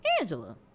Angela